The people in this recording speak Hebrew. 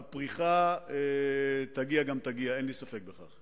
הפריחה תגיע גם תגיע, אין לי ספק בכך.